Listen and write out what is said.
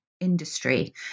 Industry